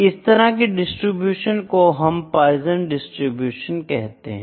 इस तरह के डिस्ट्रीब्यूशन को हम पोइजन डिस्ट्रीब्यूशन से कर सकते हैं